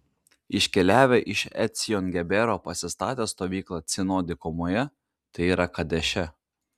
iškeliavę iš ecjon gebero pasistatė stovyklą cino dykumoje tai yra kadeše